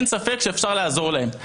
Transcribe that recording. אפשר לעזור להם.